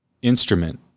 instrument